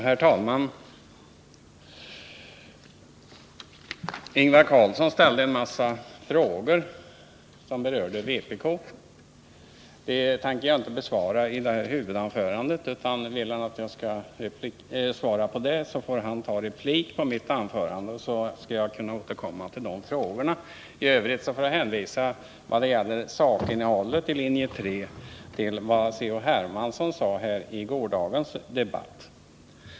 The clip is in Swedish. Herr talman! Ingvar Carlsson ställde en massa frågor som berörde vpk. Dem tänker jag inte besvara i det här huvudanförandet, utan vill Ingvar Carlsson ha svar så får han replikera mig, så skall jag återkomma till frågorna. I övrigt får jag vad gäller sakinnehållet i linje 3 hänvisa till vad C.-H. Hermansson sade i gårdagens debatt.